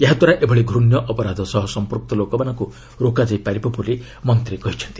ଏହାଦ୍ୱାରା ଏଭଳି ଘୃଶ୍ୟ ଅପରାଧ ସହ ସମ୍ପୁକ୍ତ ଲୋକମାନଙ୍କୁ ରୋକାଯାଇ ପାରିବ ବୋଲି ମନ୍ତ୍ରୀ କହିଚ୍ଛନ୍ତି